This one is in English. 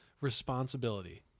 responsibility